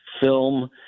film